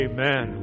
Amen